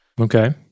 Okay